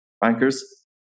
bankers